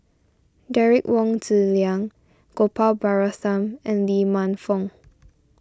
Derek Wong Zi Liang Gopal Baratham and Lee Man Fong